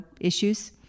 issues